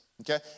Okay